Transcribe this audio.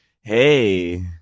Hey